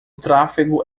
tráfego